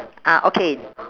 ah okay